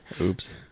Oops